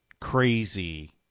crazy